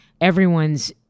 everyone's